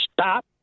stop